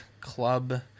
Club